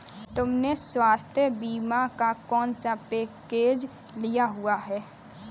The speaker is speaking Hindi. तुमने स्वास्थ्य बीमा का कौन सा पैकेज लिया हुआ है?